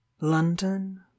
london